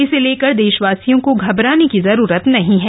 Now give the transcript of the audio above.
इसे लेकर देशवासियों को घबराने की जरूरत नहीं है